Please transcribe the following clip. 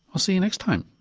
i'll see you next time